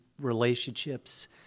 relationships